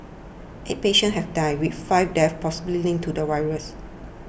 eight patients have died with five deaths possibly linked to the virus